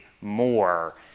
more